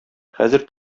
хәзер